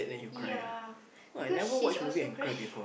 ya because she's also crying